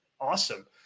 awesome